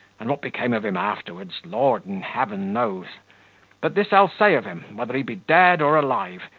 and what became of him afterwards, lord in heaven knows but this i'll say of him, whether he be dead or alive,